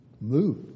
move